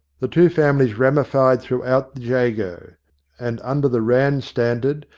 the two famih'es ramified through out the jago and under the rann standard,